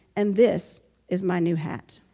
and this is my new hat.